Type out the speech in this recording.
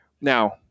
Now